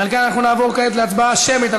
ועל כן אנחנו נעבור כעת להצבעה שמית על,